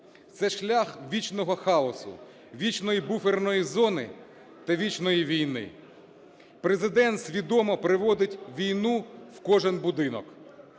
Це шлях вічного хаосу, вічної буферної зони та вічної війни. Президент свідомо приводить війну в кожен будинок.